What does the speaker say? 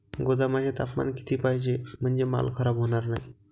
गोदामाचे तापमान किती पाहिजे? म्हणजे माल खराब होणार नाही?